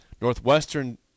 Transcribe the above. Northwestern